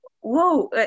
whoa